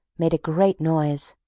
made a great noise,